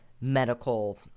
medical